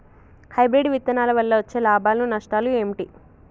Hybrid విత్తనాల వల్ల వచ్చే లాభాలు నష్టాలు ఏమిటి?